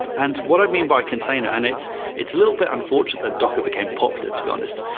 ah and what i mean by container, and it's it's a little bit unfortunate that docker became popular, to be honest,